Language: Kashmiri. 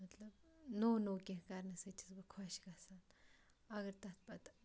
مطلب نوٚو نوٚو کینٛہہ کَرنہٕ سۭتۍ چھس بہٕ خۄش گژھان اگر تَتھ پَتہٕ